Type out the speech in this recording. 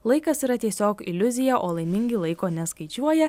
laikas yra tiesiog iliuzija o laimingi laiko neskaičiuoja